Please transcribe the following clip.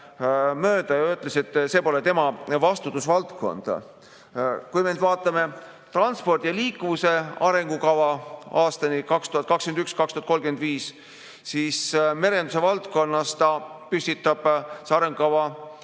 ja ütles, et see pole tema vastutusvaldkond. Kui me vaatame transpordi ja liikuvuse arengukava aastateks 2021–2035, siis merenduse valdkonnas püstitab see arengukava